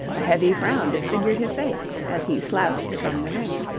a heavy frown disfigured his face as he slouched from the ring.